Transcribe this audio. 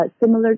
similar